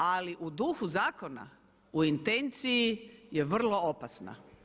Ali u duhu zakona u intenciji je vrlo opasna.